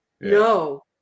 no